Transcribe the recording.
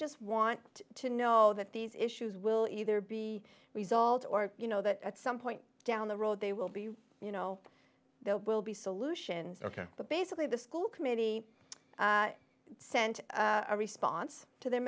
just want to know that these issues will either be resolved or you know that at some point down the road they will be you know there will be solutions ok but basically the school committee sent a response to the